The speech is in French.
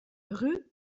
rue